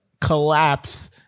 collapse